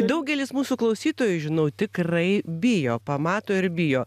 daugelis mūsų klausytojų žinau tikrai bijo pamato ir bijo